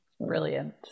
Brilliant